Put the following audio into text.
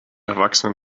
erwachsene